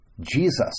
Jesus